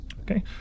Okay